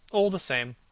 all the same.